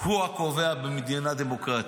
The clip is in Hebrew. הוא הקובע במדינה דמוקרטית,